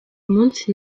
munsi